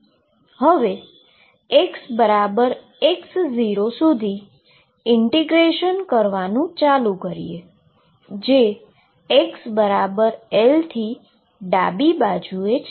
હવે xx0 સુધી બીજુ ઈન્ટીગ્રેશન કરવાનુ ચાલુ કરીએ જે xL થી ડાબી બાજુએ છે